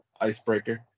icebreaker